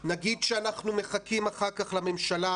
נגיד שאנחנו מחכים אחר כך לממשלה,